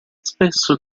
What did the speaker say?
spesso